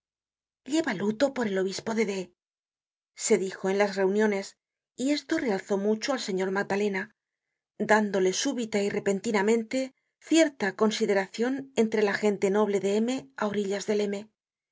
lleva luto por el obispo de d se dijo en las reuniones y esto realzó mucho al señor magdalena dándole súbita y repentinamente cierta consideracion entre la gente noble de m á orillas del